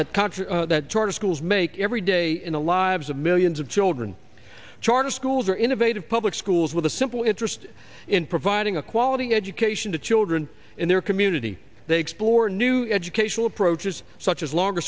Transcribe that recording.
contre that charter schools make every day in the lives of millions of children charter schools or innovative public schools with a simple interest in providing a quality education to children in their community they explore new educational approaches such as longer